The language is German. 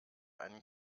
einen